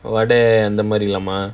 வட அந்த மாறி எல்லாம:vade antha maari ellaama